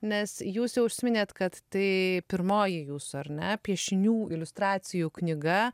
nes jūs jau užsiminėt kad tai pirmoji jūsų ar ne piešinių iliustracijų knyga